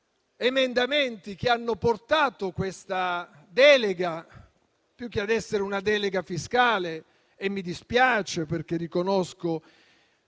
emendamenti che hanno portato questa delega ad essere, più che una delega fiscale - e mi dispiace perché riconosco